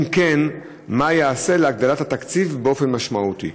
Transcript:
2. אם כן, מה ייעשה להגדלת התקציב באופן משמעותי?